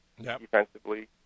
defensively